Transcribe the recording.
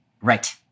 Right